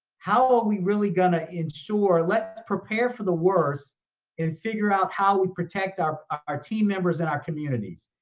how are we really gonna ensure, let's prepare for the worst and figure out how we protect our ah our team members and our communities.